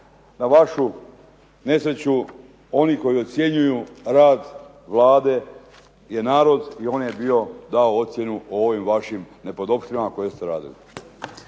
na vašu nesreću oni koji ocjenjuju rad Vlade je narod i on je bio dao ocjenu o ovim vašim nepodopštinama koje ste radili.